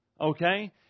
Okay